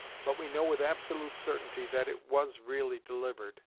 but we know with absolute certainty that it was really delivered.